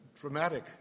dramatic